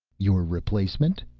your replacement?